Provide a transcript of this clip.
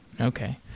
Okay